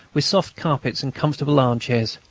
with soft carpets and comfortable armchairs.